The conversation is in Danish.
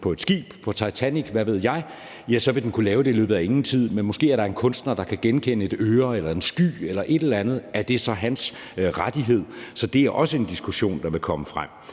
på et skib, på Titanic, eller hvad ved jeg, vil den kunne lave det i løbet af ingen tid. Men måske er der en kunstner, der kan genkende et øre eller en sky eller et eller andet, og er det så noget, han har rettigheder til? Så det er også en diskussion, der vil komme frem.